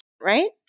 right